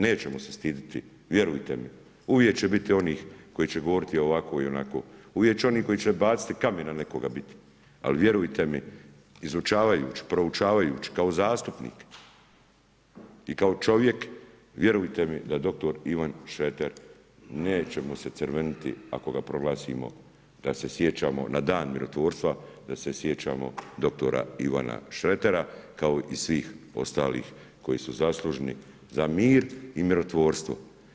Nećemo se stiditi, vjerujte mi, uvijek će biti onih koji će govoriti ovako i onako, uvijek će oni koji će baciti kamen na nekoga biti, ali vjerujte mi, izučavajući, proučavajući kao zastupnik i kao čovjek vjerujte mi da dr. Ivan Šreter nećemo se crveniti ako ga proglasimo da se sjećamo na dan mirotvorstva, da se sjećamo dr. Ivana Šretera, kao i svih ostalih koji su zasluženi za mir i mirotvorstvo.